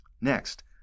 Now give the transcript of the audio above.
Next